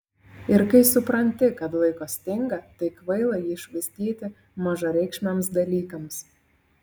ir kai supranti kad laiko stinga tai kvaila jį švaistyti mažareikšmiams dalykams